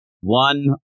One